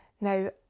Now